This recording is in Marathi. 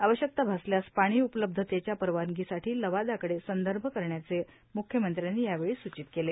आवश्यकता भासल्यास पाणी उपलब्धतेच्या परवानगीसाठी लवादाकडे संदर्भ करण्याचे म्ख्यमंत्र्यांनी यावेळी सूचित केले